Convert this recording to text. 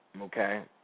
Okay